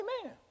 Amen